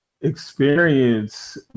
experience